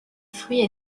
fruits